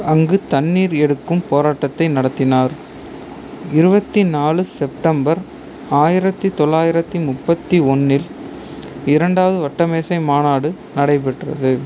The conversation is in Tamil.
அங்கு தண்ணீர் எடுக்கும் போராட்டத்தை நடத்தினார் இருபத்தி நாலு செப்டம்பர் ஆயிரத்தி தொள்ளாயிரத்தி முப்பத்தி ஒன்றில் இரண்டாவது வட்டமேசை மாநாடு நடைபெற்றது